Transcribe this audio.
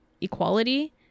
equality